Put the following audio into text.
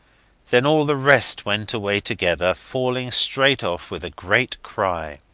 then all the rest went away together, falling straight off with a great cry.